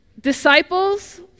Disciples